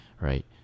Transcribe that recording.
right